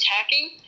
attacking